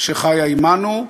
שחיה עמנו.